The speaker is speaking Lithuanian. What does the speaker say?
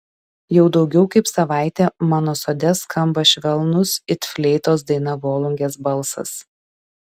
jau daugiau kaip savaitė mano sode skamba švelnus it fleitos daina volungės balsas